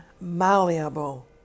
malleable